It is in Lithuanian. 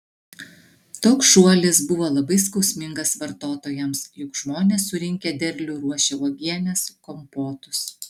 toks šuolis buvo labai skausmingas vartotojams juk žmonės surinkę derlių ruošia uogienes kompotus